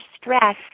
stress